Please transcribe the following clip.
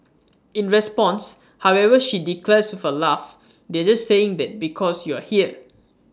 in response however she declares with A laugh they're just saying that because you're here